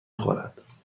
خورد